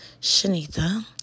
Shanita